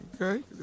Okay